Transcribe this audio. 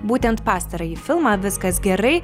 būtent pastarąjį filmą viskas gerai